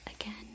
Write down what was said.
again